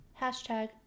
hashtag